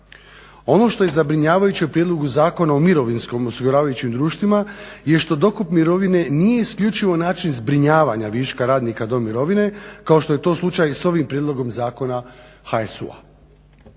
Ono što je zabrinjavajuće u prijedlogu Zakona o mirovinskim osiguravajućim društvima je što dokup mirovine nije isključivo način zbrinjavanja viška radnika do mirovine kao što je to slučaj i sa ovim prijedlogom zakona HSU-a.